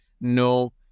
no